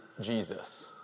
Jesus